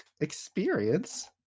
experience